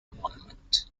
monument